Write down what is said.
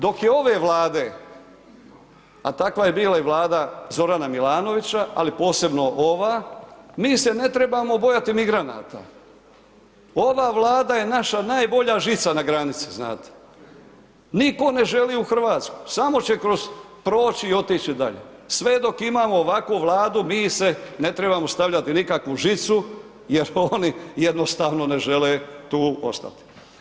Dok je ove Vlade, a takva je bila i Vlada Zorana Milanovića, ali posebno ova, mi se ne moramo bojati migranata, ova Vlada je naša najbolja žica na granici znate, nitko ne želi u RH, samo će kroz proći i otići dalje, sve dok imamo ovakvu Vladu mi se ne trebamo stavljati nikakvu žicu jer oni jednostavno ne žele tu ostati.